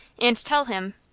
and tell him